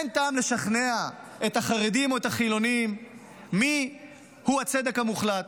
אין טעם לשכנע את החרדים או החילונים מיהו הצודק המוחלט.